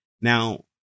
Now